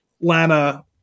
Lana